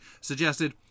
suggested